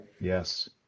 Yes